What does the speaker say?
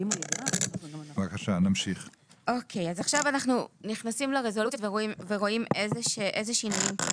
עכשיו אנחנו נכנסים לרזולוציות ורואים איזה שינויים צריך.